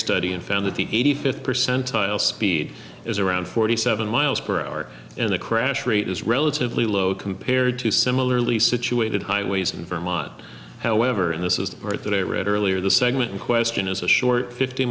study and found that the eighty fifth percentile speed is around forty seven mph and the crash rate is relatively low compared to similarly situated highways in vermont however and this is the part that i read earlier the segment in question is a short fifty